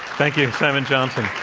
thank you, simon johnson.